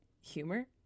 humor